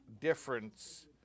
difference